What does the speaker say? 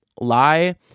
lie